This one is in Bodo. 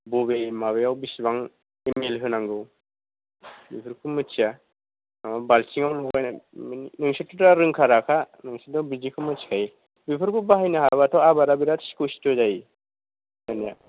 बबे माबायाव बिसिबां एम एल होनांगौ बेफोरखौ मिथिया माबा बाल्थिंआव लगायनानै मानि नोंसोरथ' दा रोंखा राखा नोंसोरथ' बिदिखौ मिथिखायो बेफोरखौ बाहायनो हाबाथ' आबादा बिरात स्फस्त' जायो जानाया